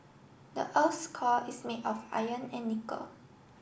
the earth's core is made of iron and nickel